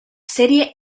serie